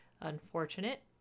unfortunate